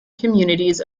communities